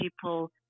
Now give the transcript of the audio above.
people